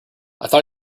thought